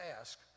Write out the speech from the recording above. ask